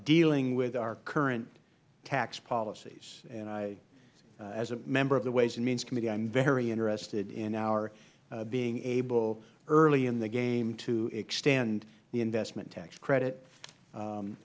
dealing with our current tax policies and as a member of the ways and means committee i am very interested in our being able early in the game to extend the investment tax credit